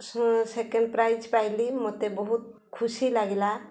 second prize ପାଇଲି ମୋତେ ବହୁତ ଖୁସି ଲାଗିଲା